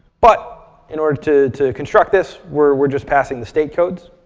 but in order to to construct this, we're we're just passing the state codes.